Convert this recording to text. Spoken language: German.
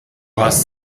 hast